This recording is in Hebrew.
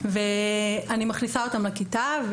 ואני מכניסה אותם לכיתה,